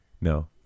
no